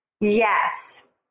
Yes